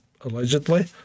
allegedly